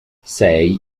sei